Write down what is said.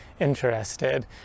interested